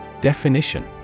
Definition